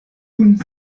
hund